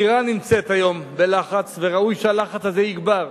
אירן נמצאת היום בלחץ, וראוי שהלחץ הזה יגבר,